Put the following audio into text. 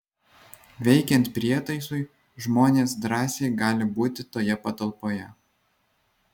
veikiant prietaisui žmonės drąsiai gali būti toje patalpoje